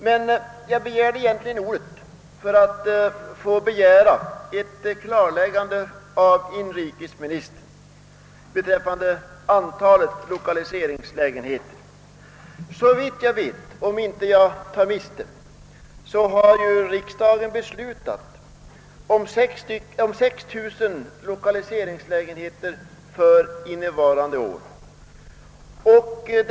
Men jag begärde ordet för att be om ett klarläggande av inrikesministern rörande antalet lokaliseringslägenheter. Om jag inte tar miste har riksdagen fattat beslut om 6 000 lokaliseringslä genheter för innevarande år.